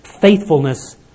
faithfulness